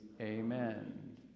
amen